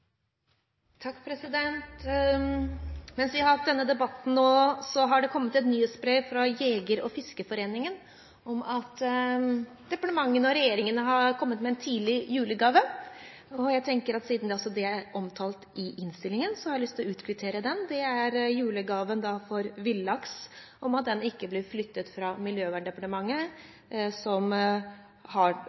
Mens vi har hatt denne debatten, har det kommet et nyhetsbrev fra Norges Jeger- og Fiskerforbund om at departementene og regjeringen har kommet med en tidlig julegave, og jeg tenker at siden det er omtalt i innstillingen, har jeg lyst til å utkvittere den. Julegaven gjelder villaks, at den ikke blir flyttet fra Miljøverndepartementet, som man i alle fall har